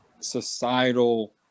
societal